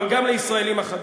אבל גם לישראלים אחדים.